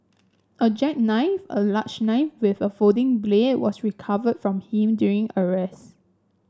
a jackknife a large knife with a folding blade was recovered from him during arrest